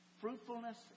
fruitfulness